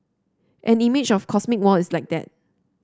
an image of cosmic war is like that